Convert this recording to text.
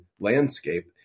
Landscape